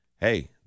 hey